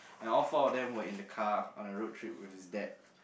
and all four of them were in the car on a road trip with his dad